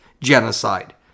genocide